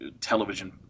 television